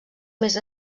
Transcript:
més